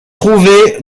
trouver